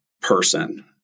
person